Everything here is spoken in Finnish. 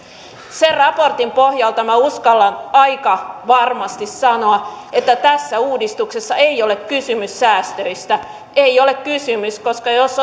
sen raportin pohjalta uskallan aika varmasti sanoa että tässä uudistuksessa ei ole kysymys säästöistä ei ole kysymys koska jos